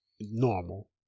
normal